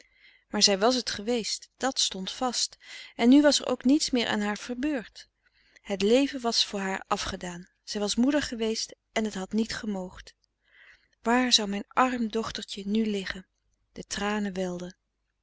maar zij was het geweest dat stond vast en nu was er ook niets meer aan haar verbeurd het leven was voor haar afgedaan zij was moeder geweest en het had niet gemoogd waar zou mijn arm dochtertje nu liggen de tranen welden